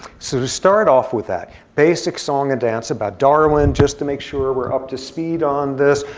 so to start off with that, basic song and dance about darwin. just to make sure we're up to speed on this.